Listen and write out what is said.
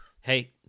hey